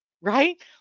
Right